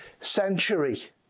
century